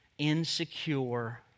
insecure